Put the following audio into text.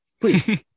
Please